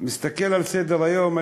מסתכל על סדר-היום,